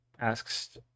asks